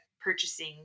purchasing